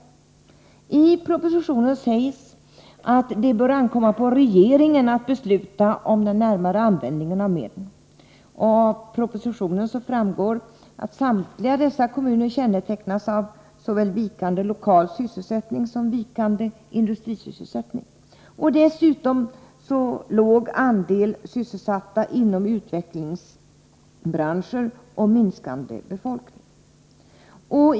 I propositionen sägs att det bör ankomma på regeringen att besluta om den närmare användningen av medlen. Av propositionen framgår att samtliga dessa kommuner kännetecknas av såväl vikande lokal sysselsättning som vikande industrisysselsättning. Dessutom har de låg andel sysselsatta inom utvecklingsbranscher och minskande befolkning.